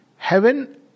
Heaven